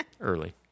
Early